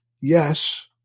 yes